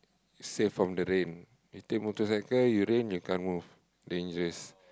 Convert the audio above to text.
safe from the rain you take motorcycle it rain you can't move dangerous